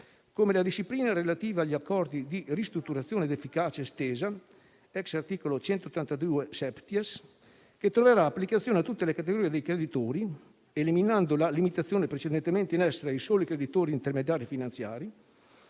come la disciplina relativa agli accordi di ristrutturazione ad efficacia estesa, *ex* articolo 182-*septies,* che troverà applicazione a tutte le categorie di creditori, eliminando la limitazione precedentemente in essere ai soli creditori e intermediari finanziari.